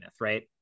right